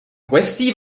kwestie